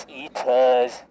eaters